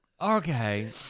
okay